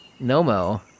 Nomo